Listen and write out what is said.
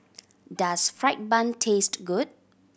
does fried bun taste good